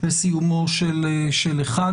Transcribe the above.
לסיומו של החג.